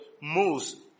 moves